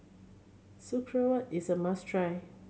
is a must try